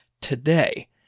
today